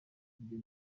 ibyo